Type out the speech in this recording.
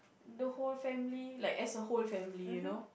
the whole family like as a whole family you know